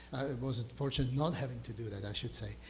was fortunate not having to do that, i should say,